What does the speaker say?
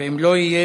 אם לא יהיה,